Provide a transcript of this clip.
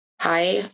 Hi